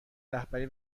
رهبری